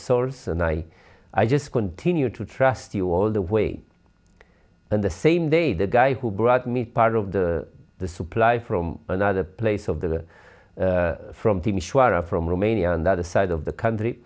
source and i i just continue to trust you all the way and the same day the guy who brought me part of the the supply from another place of the from timisoara from romania and the other side of the country